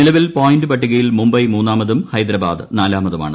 നിലവിൽ പോയിന്റ് പട്ടികയിൽ മുംഖ്ബ് മൂന്നാമതും ഹൈദരാബാദ് നാലാമതുമാണ്